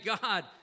god